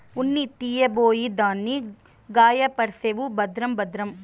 ఉన్ని తీయబోయి దాన్ని గాయపర్సేవు భద్రం భద్రం